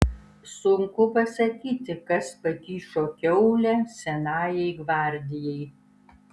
sunku pasakyti kas pakišo kiaulę senajai gvardijai